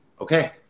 okay